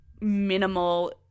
minimal